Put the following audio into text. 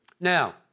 Now